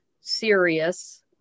serious